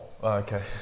Okay